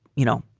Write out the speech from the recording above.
you know,